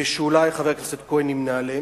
ואולי חבר הכנסת כהן נמנה עמם,